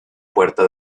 puerta